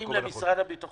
אם למשרד הביטחון,